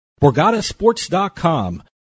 BorgataSports.com